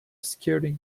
skirting